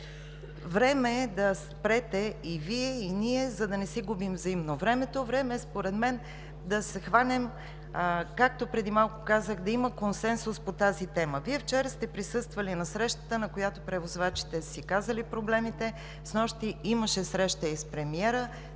Време е да спрете и Вие, и ние, за да не си губим взаимно времето. Време е според мен да се хванем, както преди малко казах, да има консенсус по тази тема. Вие вчера сте присъствали на срещата, на която превозвачите са си казали проблемите, снощи имаше среща и с премиера